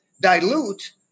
dilute